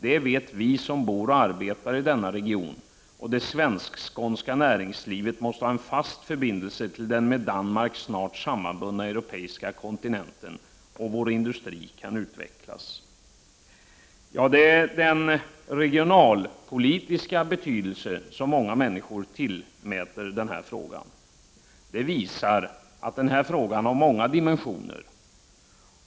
Det vet vi som bor och arbetar i denna region, och det svenska/skånska näringslivet måste ha en fast förbindelse till den med Danmark snart sammanbundna europeiska kontinenten, och vår industri kan utvecklas.” Detta är den regionalpolitiska betydelse som många männniskor tillmäter den här frågan. Det visar att frågan har många dimensioner.